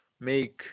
make